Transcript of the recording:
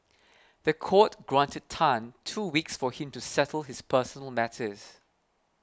the court granted Tan two weeks for him to settle his personal matters